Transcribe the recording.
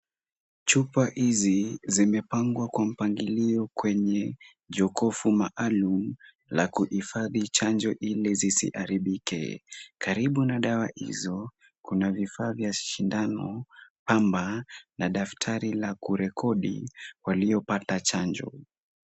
Chupa hizi zimepangwa kwa mpangilio kwenye jokofu maalum, la kuhifadhi chanjo ili zisiharibike. Karibu na dawa hizo, kuna vifaa vya sindano, pamba na daftari la kurekodi waliopata chanjo.